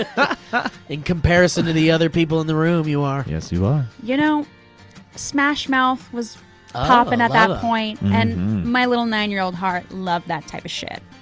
and in comparison to the other people in the room you are. yes you are. you know smash mouth was popping at that point, and my little nine year old heart loved that type of shit.